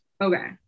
okay